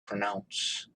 pronounce